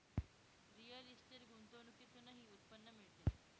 real estate गुंतवणुकीतूनही उत्पन्न मिळते